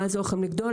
מה יעזור לכן לגדול?